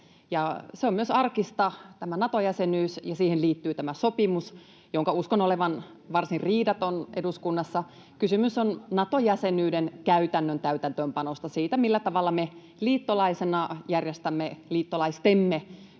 on myös arkista, ja siihen liittyy tämä sopimus, jonka uskon olevan varsin riidaton eduskunnassa. Kysymys on Nato-jäsenyyden käytännön täytäntöönpanosta, siitä, millä tavalla me liittolaisena järjestämme liittolaistemme